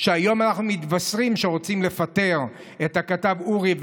היום אנחנו מתבשרים שרוצים לפטר את הכתב אורי רווח,